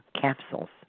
capsules